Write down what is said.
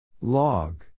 Log